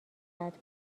قطع